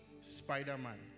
Spider-Man